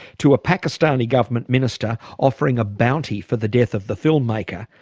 to a pakistani government minister offering a bounty for the death of the film maker,